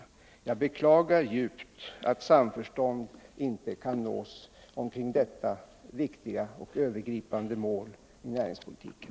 Jag beklagar djupt att samförstånd inte kan nås omkring detta viktiga och övergripande mål i näringspolitiken.